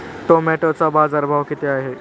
टोमॅटोचा बाजारभाव किती आहे?